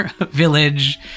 village